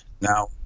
Now